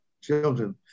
children